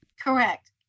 Correct